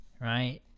right